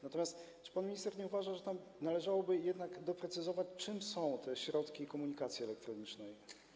Natomiast czy pan minister nie uważa, że tam należałoby jednak doprecyzować, czym są te środki komunikacji elektronicznej?